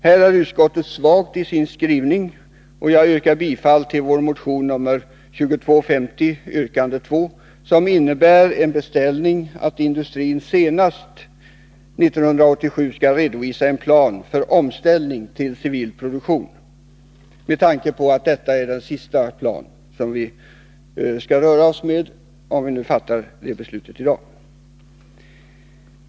Här är utskottet svagt i sin skrivning, och jag yrkar bifall till vår motion 2250, yrkande 2, som innebär en beställning, att industrin senast 1987 skall redovisa en plan för omställning till civil produktion — med tanke på att detta är den sista ”svensktillverkade” plan som vi skall röra oss med, om vi fattar det här beslutet i dag.